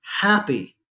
happy